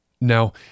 Now